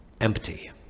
empty